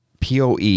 PoE